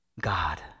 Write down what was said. God